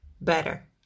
better